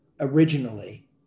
originally